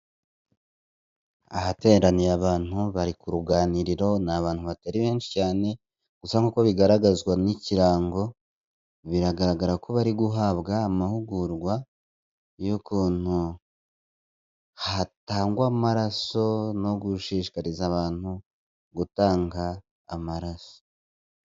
Ahateraniye abantu bari ku ruganiriro, ni abantu batari benshi cyane. Gusa nkuko bigaragazwa n'ikirango, biragaragara ko bari guhabwa amahugurwa y'ukuntu hatangwa amaraso no gushishikariza abantu gutanga amaraso.